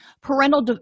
Parental